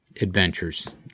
adventures